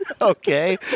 Okay